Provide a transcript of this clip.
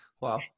Wow